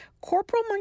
Corporal